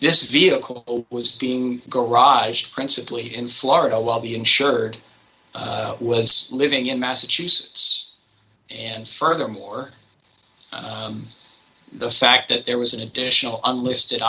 this vehicle was being go ride principally in florida while the insured was living in massachusetts and furthermore the fact that there was an additional unlisted